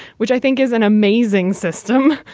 which i think is an amazing system.